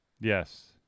Yes